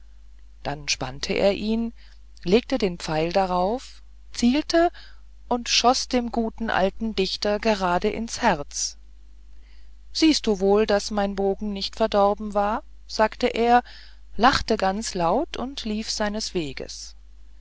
dann spannte er ihn legte einen pfeil darauf zielte und schoß dem guten alten dichter gerade ins herz siehst du wohl daß mein bogen nicht verdorben war sagte er lachte ganz laut und lief seines weges